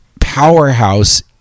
powerhouse